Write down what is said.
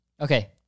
okay